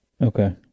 Okay